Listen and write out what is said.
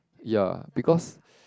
ya because